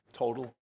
Total